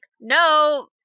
no